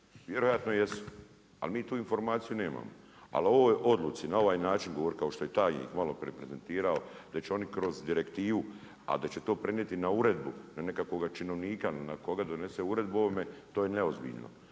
Vjerojatno jesu. Ali mi tu informaciju nemamo, ali o ovoj odluci na ovaj način, govoriti kao što je tajnik maloprije prezentirao, da će oni kroz direktivu a da će to prenijeti na uredbu, preko nekakvog činovnika na koga donese uredbu o ovome, to je neozbiljno.